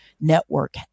network